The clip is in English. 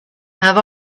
have